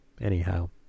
Anyhow